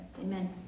Amen